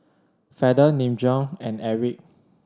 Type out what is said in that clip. Feather Nin Jiom and Airwick